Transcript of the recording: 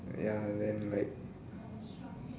ya then like